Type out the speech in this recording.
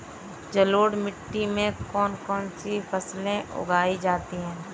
जलोढ़ मिट्टी में कौन कौन सी फसलें उगाई जाती हैं?